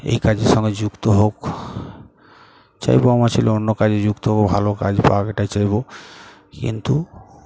এই কাজের সঙ্গে যুক্ত হোক চাইবো আমার ছেলে অন্য কাজে যুক্ত হোক ভালো কাজ পা এটাই চাইব কিন্তু